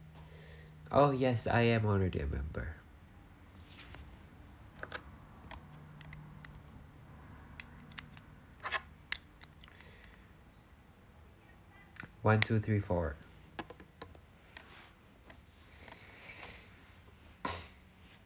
oh yes I am already a member one two three four